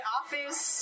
office